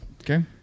Okay